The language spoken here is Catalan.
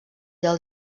del